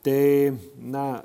tai na